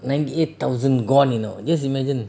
ninety eight thousand gone you know just imagine